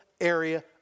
area